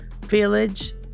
village